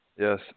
Yes